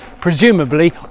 presumably